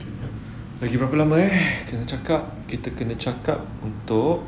lagi berapa lama eh kena cakap kita kena cakap untuk